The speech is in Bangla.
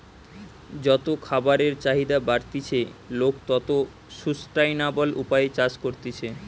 যত খাবারের চাহিদা বাড়তিছে, লোক তত সুস্টাইনাবল উপায়ে চাষ করতিছে